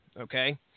okay